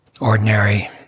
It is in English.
ordinary